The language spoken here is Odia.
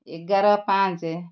ଏଗାର ପାଞ୍ଚ